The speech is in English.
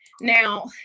Now